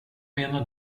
menar